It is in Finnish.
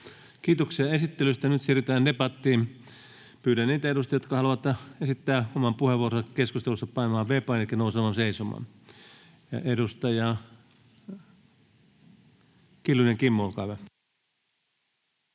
Kiitoksia esittelystä. — Nyt siirrytään debattiin. Pyydän niitä edustajia, jotka haluavat esittää oman puheenvuoronsa keskustelussa, painamaan V-painiketta ja nousemaan seisomaan. — Edustaja Kiljunen, Kimmo, olkaa